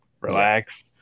relax